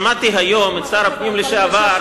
שמעתי היום את שר הפנים לשעבר,